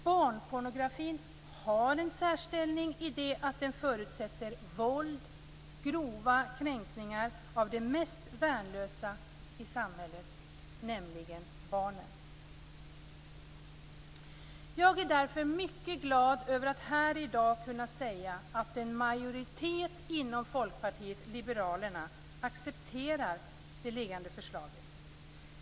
Barnpornografin har en särställning i det att den förutsätter våld och grova kränkningar av de mest värnlösa i samhället, nämligen barnen. Jag är därför mycket glad över att här i dag kunna säga att en majoritet inom Folkpartiet liberalerna accepterar det liggande förslaget.